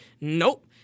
Nope